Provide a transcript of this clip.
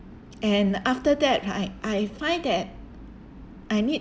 and after that I I find that I need